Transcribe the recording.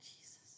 Jesus